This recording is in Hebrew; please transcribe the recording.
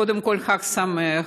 קודם כול חג שמח.